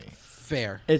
Fair